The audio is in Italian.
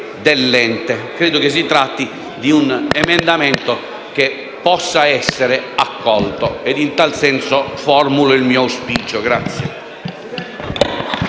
dell'ente. Credo si tratti di un emendamento che possa essere accolto e, in tal senso, formulo il mio auspicio.